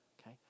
okay